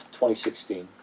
2016